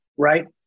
right